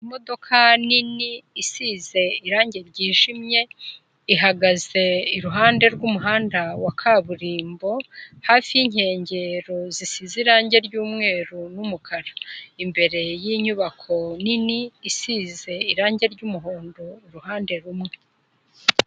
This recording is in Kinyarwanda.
Imodoka nini isize irangi ryijimye ihagaze iruhande rw'umuhanda wa kaburimbo hafi yinkengero zisize irangi ry'umweru n'umukara, imbere y'inyubako nini isize irangi r'umuhondo uruhande rumwe.